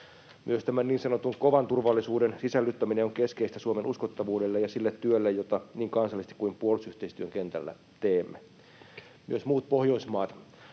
Myös tämän niin sanotun kovan turvallisuuden sisällyttäminen on keskeistä Suomen uskottavuudelle ja sille työlle, jota niin kansallisesti kuin puolustusyhteistyön kentällä teemme. Myös muut Pohjoismaat